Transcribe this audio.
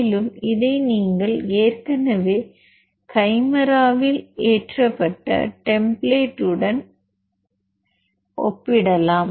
மேலும் இதை நீங்கள் ஏற்கனவே கைமேராவில் ஏற்றப்பட்ட டெம்ப்ளேட் உடன் ஒப்பிடலாம்